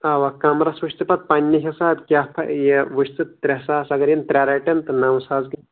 اَوا کَمرَس وٕچھ تہٕ پَتہٕ پنٛنہِ حِسابہٕ کیٛاہ یہِ وٕچھتہٕ ترٛےٚ ساس اَگر یِم ترٛےٚ رَٹَن تہٕ نَو ساس